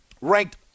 ranked